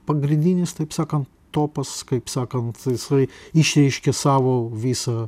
pagrindinis taip sakant topas kaip sakant jisai išreiškia savo visą